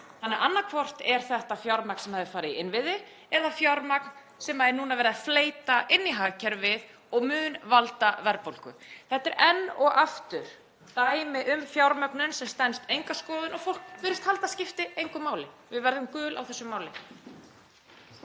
Þannig að annaðhvort er þetta fjármagn sem hefði farið í innviði eða fjármagn sem er núna verið að fleyta inn í hagkerfið og mun valda verðbólgu. Þetta er enn og aftur dæmi um fjármögnun sem stenst enga skoðun og fólk virðist halda að skipti engu máli. Við verðum gul á þessu máli.